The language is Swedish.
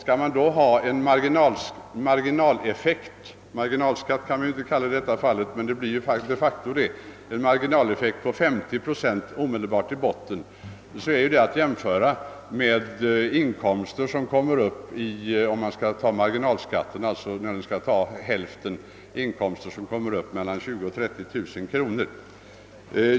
Har man en marginaleffekt — marginalskatt kan vi ju inte kalla det i detta sammanhang, även om det de facto blir en sådan — på 50 procent omedelbart i botten, så blir förhållandet detsamma som om det gällde inkomster på mellan 25 000 och 30 000 kronor, där marginalskatten tar hälften av en inkomstökning, detta utan att skatten i dessa fall medräknats.